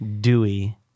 Dewey